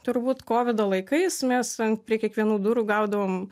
turbūt kovido laikais mes ant prie kiekvienų durų gaudavom